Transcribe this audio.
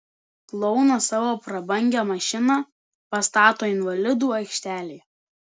klounas savo prabangią mašiną pastato invalidų aikštelėje